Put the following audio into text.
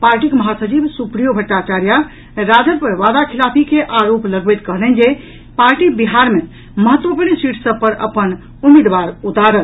पार्टीक महासचिव सुप्रियो भट्टाचार्या राजद पर वादाखिलाफी के आरोप लगबैत कहलनि जे पार्टी बिहार मे महत्वपूर्ण सीट सभ पर अपन उम्मीदवार उतारत